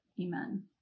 Amen